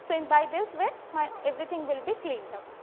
so in by this way my everything will be cleaned up.